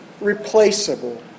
replaceable